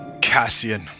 Cassian